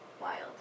wild